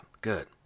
Good